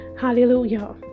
Hallelujah